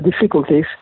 difficulties